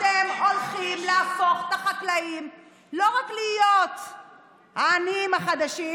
אתם הולכים להפוך את החקלאים לא רק להיות העניים החדשים,